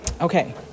Okay